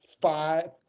five